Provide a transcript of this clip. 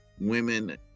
women